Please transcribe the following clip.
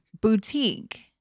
boutique